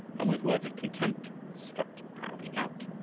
and with words of contempt strut proudly out.